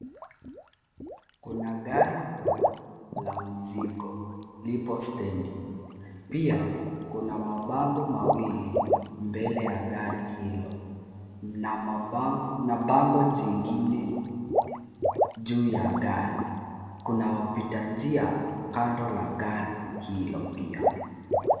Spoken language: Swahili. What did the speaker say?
Kuna gari dogo la mizigo lipo stendi. Pia, kuna mabango mawili mbele ya gari hilo. Mna bango jingine juu ya gari. Kuna wapita njia kando la gari hilo pia.